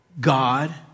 God